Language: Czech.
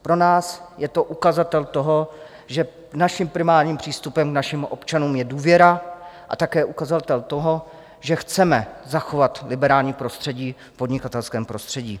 Pro nás je to ukazatel toho, že naším primárním přístupem k našim občanům je důvěra, a také ukazatel toho, že chceme zachovat liberální prostředí v podnikatelském prostředí.